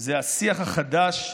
זה השיח החדש,